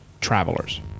Travelers